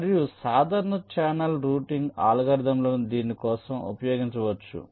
మరియు సాధారణ channel routing అల్గోరిథంలను దీని కోసం ఉపయోగించవచ్చు